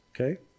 okay